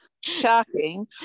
shocking